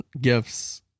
gifts